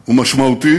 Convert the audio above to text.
ומשמעותי,